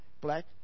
Black